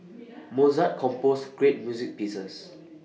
Mozart composed great music pieces